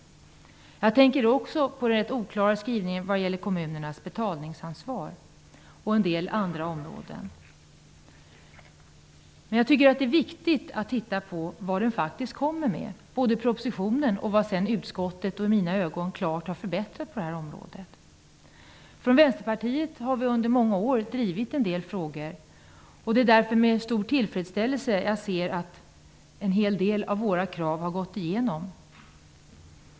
Vidare tänker jag på den ganska oklara skrivningen vad gäller kommunernas betalningsansvar samt en del andra områden. Men det är viktigt att se vad propositionen och utskottet, i mina ögon, har förbättrat på området. I Vänsterpartiet har vi under många år drivit en del frågor. Det är därför med stor tillfredsställelse jag nu ser att en hel del av våra krav har gått igenom.